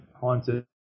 haunted